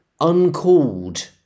uncalled